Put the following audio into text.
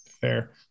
Fair